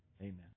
amen